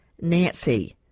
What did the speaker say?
nancy